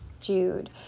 Jude